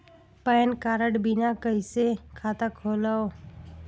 Pan card बिना कइसे खाता खोलव?